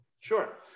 Sure